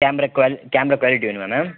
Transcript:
camera qua camera quality வேணுமா ma'am